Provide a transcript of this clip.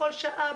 בכל שעה,